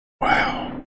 Wow